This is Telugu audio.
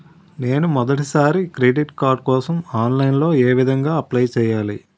నేను మొదటిసారి క్రెడిట్ కార్డ్ కోసం ఆన్లైన్ లో ఏ విధంగా అప్లై చేయాలి?